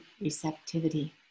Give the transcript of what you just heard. receptivity